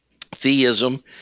theism